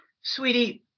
sweetie